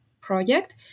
project